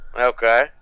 Okay